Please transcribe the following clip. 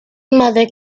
mother